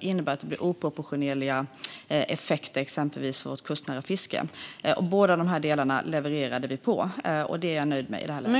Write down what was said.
innebär att det blir oproportionerliga effekter, exempelvis på vårt kustnära fiske. Vi levererade på båda dessa delar, och det är jag nöjd med i det här läget.